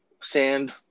sand